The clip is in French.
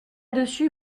dessus